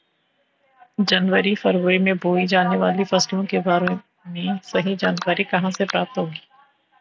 जनवरी फरवरी में बोई जाने वाली फसलों के बारे में सही जानकारी कहाँ से प्राप्त होगी?